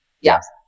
Yes